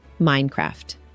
Minecraft